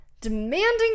Demanding